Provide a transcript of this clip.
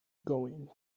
going